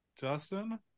Justin